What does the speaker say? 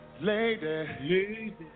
Lady